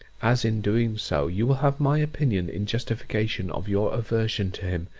as, in doing so, you will have my opinion in justification of your aversion to him,